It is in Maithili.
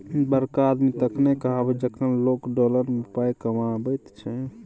बड़का आदमी तखने कहाबै छै जखन लोक डॉलर मे पाय कमाबैत छै